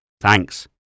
Thanks